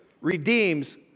redeems